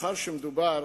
מאחר שמדובר,